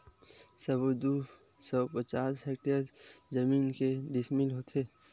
सबो दू सौ पचास हेक्टेयर जमीन के डिसमिल होथे?